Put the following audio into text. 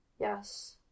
Yes